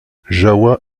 jahoua